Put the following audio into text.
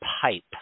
pipe